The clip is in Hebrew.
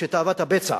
שתאוות הבצע